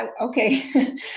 okay